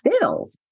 filled